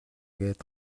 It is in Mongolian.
гээд